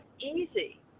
easy